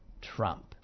Trump